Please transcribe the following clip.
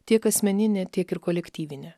tiek asmeninė tiek ir kolektyvinė